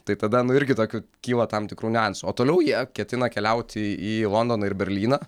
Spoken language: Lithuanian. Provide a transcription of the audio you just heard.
tai tada nu irgi tokių kyla tam tikrų niuansų o toliau jie ketina keliauti į londoną ir berlyną